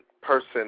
person